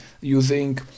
using